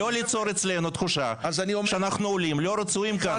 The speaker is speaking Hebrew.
לא ליצור אצלנו תחושה שאנחנו עולים לא רצויים כאן.